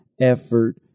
effort